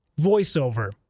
voiceover